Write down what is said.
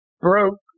broke